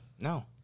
No